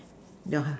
don't have